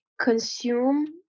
consume